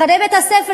אחרי בית-הספר,